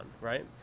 right